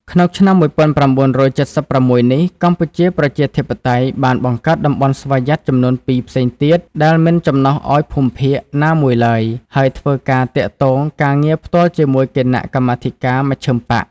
ក្នុងឆ្នាំ១៩៧៦នេះ កម្ពុជាប្រជាធិបតេយ្យបានបង្កើតតំបន់ស្វយ័តចំនួនពីរផ្សេងទៀតដែលមិនចំណុះឱ្យភូមិភាគ ណាមួយឡើយ ហើយធ្វើការទាក់ទងការងារផ្ទាល់ជាមួយគណៈកម្មាធិការមជ្ឈិមបក្ស។